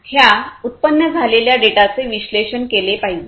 ह्या उत्पन्न झालेल्या डेटाचे विश्लेषण केले पाहिजे